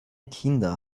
kinder